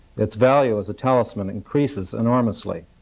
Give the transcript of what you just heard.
its value as a talisman increases enormously.